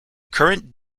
current